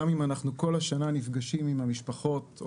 גם אם אנחנו כל השנה נפגשים עם המשפחות או